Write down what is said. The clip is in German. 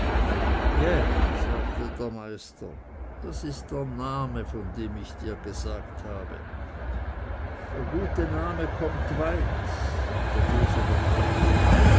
jä sagte der meister das ist der name von dem ich dir gesagt habe der gute name kommt weit und der böse noch weiter